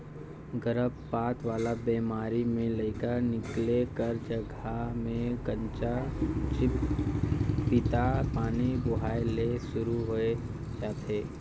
गरभपात वाला बेमारी में लइका निकले कर जघा में कंचा चिपपिता पानी बोहाए ले सुरु होय जाथे